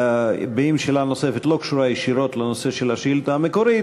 שאם שאלה נוספת לא קשורה ישירות לנושא של השאילתה המקורית,